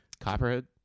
copperhead